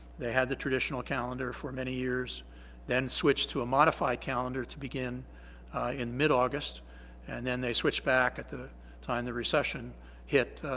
they had the traditional calendar for many years then switched to a modified calendar to begin in mid-august and then they switched back at the time the recession hit